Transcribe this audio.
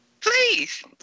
Please